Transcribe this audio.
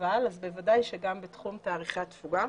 בוודאי שגם בתחום תאריכי התפוגה.